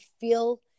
feel